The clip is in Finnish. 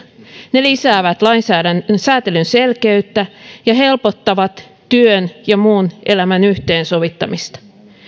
ne lisäävät säätelyn selkeyttä ja helpottavat työn ja muun elämän yhteensovittamista